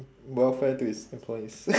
welfare to its employees